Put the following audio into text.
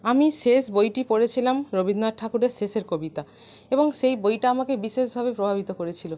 আমি শেষ বইটি পড়েছিলাম রবীন্দ্রনাথ ঠাকুরের শেষের কবিতা এবং সেই বইটা আমাকে বিশেষভাবে প্রভাবিত করেছিলো